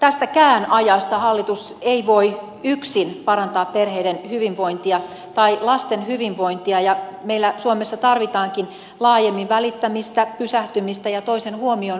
tässäkään ajassa hallitus ei voi yksin parantaa perheiden hyvinvointia tai lasten hyvinvointia ja meillä suomessa tarvitaankin laajemmin välittämistä pysähtymistä ja toisen huomioonottamista